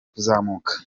kuzamuka